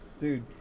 dude